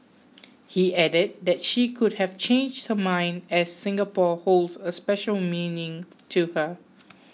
he added that she could have changed her mind as Singapore holds a special meaning to her